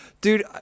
Dude